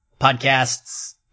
podcasts